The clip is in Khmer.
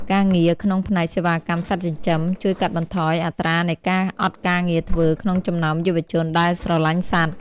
ការងារក្នុងផ្នែកសេវាកម្មសត្វចិញ្ចឹម ជួយកាត់បន្ថយអត្រានៃការអត់ការងារធ្វើក្នុងចំណោមយុវជនដែលស្រឡាញ់សត្វ។